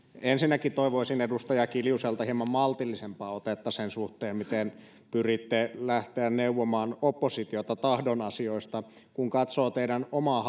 ensinnäkin toivoisin edustaja kiljuselta hieman maltillisempaa otetta sen suhteen miten pyritte lähtemään neuvomaan oppositiota tahdon asioista kun katsoo teidän omaa